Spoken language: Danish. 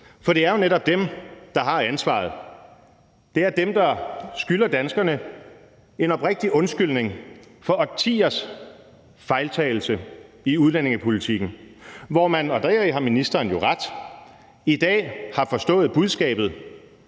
For det er jo netop dem, der har ansvaret. Det er dem, der skylder danskerne en oprigtig undskyldning for årtiers fejlslagen udlændingepolitik, og som – og deri har ministeren jo ret – i dag har forstået budskabet,